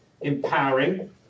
empowering